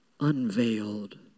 unveiled